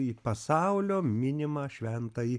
į pasaulio minimą šventąjį